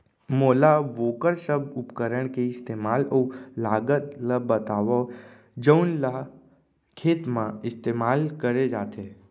मोला वोकर सब उपकरण के इस्तेमाल अऊ लागत ल बतावव जउन ल खेत म इस्तेमाल करे जाथे?